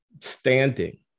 standing